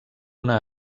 una